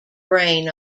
brain